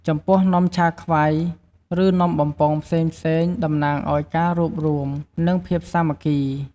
ចំពោះនំចាខ្វៃ ឬនំបំពងផ្សេងៗតំណាងឱ្យការរួបរួម និងភាពសាមគ្គី។